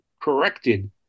corrected